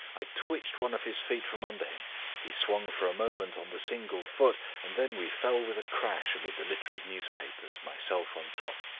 i twitched one of his feet from under him he swung for a moment on the single foot, and then we fell with a crash amid the litter of newspapers, myself on top.